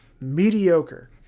mediocre